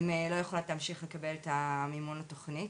הן לא יכולות להמשיך לקבל את מימון התוכנית.